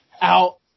out